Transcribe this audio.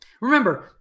Remember